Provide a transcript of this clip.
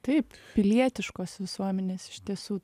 taip pilietiškos visuomenės iš tiesų